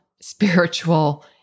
spiritual